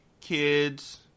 kids